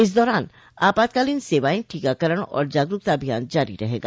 इस दौरान आपातकालीन सेवाएं टीकाकरण और जागरूकता अभियान जारी रहेगा